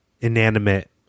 inanimate